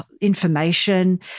information